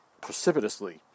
precipitously